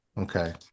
okay